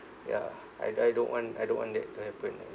ya I I don't want I don't want that to happen